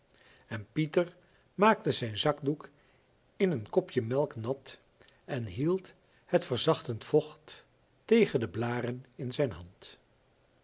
en pieter maakte zijn zakdoek in een kopje melk nat en hield het verzachtend vocht tegen de blaren in zijn hand